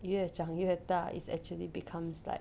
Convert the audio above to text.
越讲越大 is actually becomes like